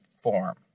form